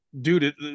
dude